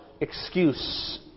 excuse